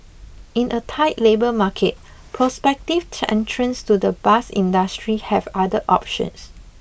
in a tight labour market prospective entrants to the bus industry have other options